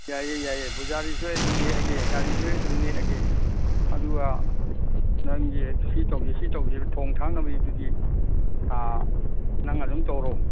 ꯌꯥꯏꯌꯦ ꯌꯥꯏꯌꯦ ꯕꯨꯖꯥꯔꯤꯁꯨ ꯑꯩ ꯑꯗꯨꯝ ꯅꯦꯛꯑꯒꯦ ꯒꯥꯔꯤꯁꯨ ꯑꯩ ꯑꯗꯨꯃ ꯅꯦꯛꯑꯒꯦ ꯑꯗꯨꯒ ꯅꯪꯒꯤ ꯁꯤ ꯇꯧꯁꯤ ꯇꯧꯁꯤ ꯊꯣꯡ ꯊꯥꯛꯅꯕꯩꯗꯨꯗꯤ ꯑꯥ ꯅꯪ ꯑꯗꯨꯝ ꯇꯧꯔꯣ